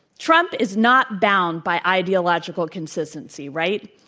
trump is not bound by ideological consistency, right?